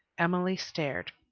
emily stared.